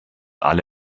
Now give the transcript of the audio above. alle